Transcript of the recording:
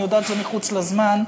אני יודעת שזה מחוץ לזמן.